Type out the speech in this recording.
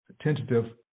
tentative